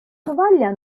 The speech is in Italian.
tovaglia